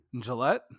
Gillette